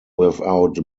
without